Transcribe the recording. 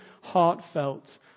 heartfelt